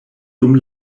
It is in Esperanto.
dum